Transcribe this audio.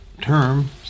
term